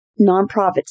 nonprofits